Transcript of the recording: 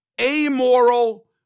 Amoral